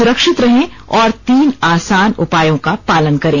सुरक्षित रहें और तीन आसान उपायों का पालन करें